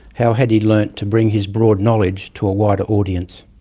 how had he learnt to bring his broad knowledge to a wider audience?